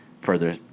further